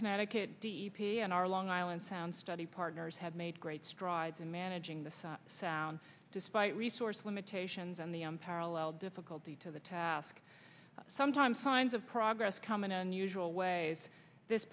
connecticut and our long island sound study partners have made great strides in managing this sound despite resource limitations on the parallel difficulty to the task sometimes signs of progress come in unusual ways this